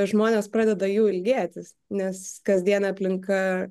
žmonės pradeda jų ilgėtis nes kasdienė aplinka